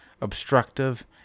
obstructive